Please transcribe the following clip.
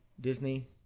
Disney